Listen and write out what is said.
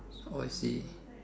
oh I see